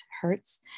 hertz